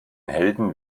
helden